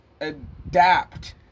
adapt